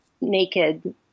naked